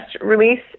release